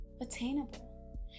attainable